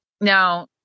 now